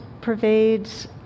pervades